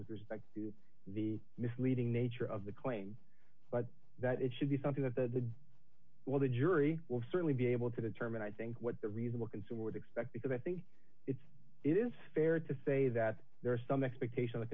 with respect to the misleading nature of the claim that it should be something that the well the jury will certainly be able to determine i think what the reasonable consumer would expect because i think it is fair to say that there are some expectation